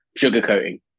sugarcoating